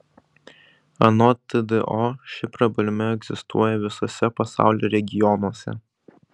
anot tdo ši problema egzistuoja visuose pasaulio regionuose